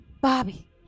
Bobby